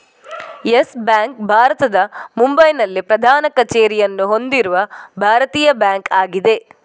Yes Bank ಭಾರತದ ಮುಂಬೈನಲ್ಲಿ ಪ್ರಧಾನ ಕಚೇರಿಯನ್ನು ಹೊಂದಿರುವ ಭಾರತೀಯ ಬ್ಯಾಂಕ್ ಆಗಿದೆ